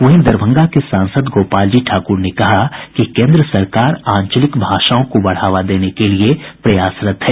वहीं दरभंगा के सांसद गोपालजी ठाकुर ने कहा कि केन्द्र सरकार आंचलिक भाषाओं को बढ़ावा देने के लिए प्रयासरत है